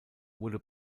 wurde